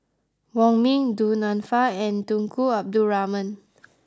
Wong Ming Du Nanfa and Tunku Abdul Rahman